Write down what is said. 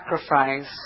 sacrifice